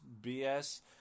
BS